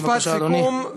בבקשה, אדוני.